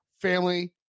family